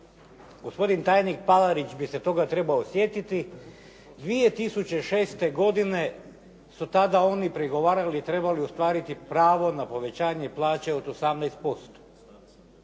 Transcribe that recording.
gospodin tajnik Palarić bi se toga trebao sjetiti, 2006. godine su tada oni pregovarali, trebali ostvariti pravo na povećanje plaća od 18%.